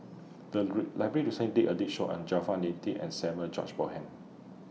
The agree Library recently did A did Show on Jaafar Latiff and Samuel George Bonham